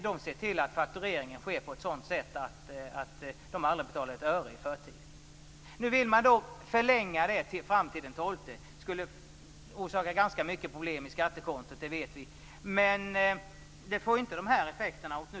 De ser till att faktureringen sker på ett sådant sätt att de aldrig betalar ett öre i förtid. Nu vill man förlänga denna period fram till den 12. Det skulle orsaka en hel del problem för skattekontot. Det får inte dessa effekter.